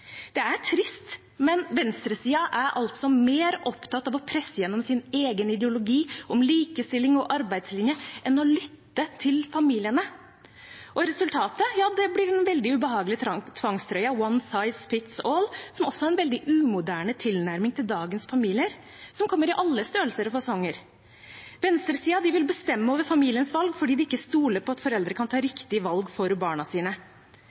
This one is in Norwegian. Det er trist, men venstresiden er altså mer opptatt av å presse gjennom sin egen ideologi om likestilling og arbeidslinje enn av å lytte til familiene. Resultatet blir den veldig ubehagelige tvangstrøya «one size fits all», som også er en veldig umoderne tilnærming til dagens familier, som kommer i alle størrelser og fasonger. Venstresiden vil bestemme over familienes valg fordi de ikke stoler på at foreldre kan ta riktige valg for barna sine.